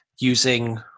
using